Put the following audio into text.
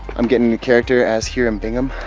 i'm getting into character as hiram bingham.